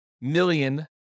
million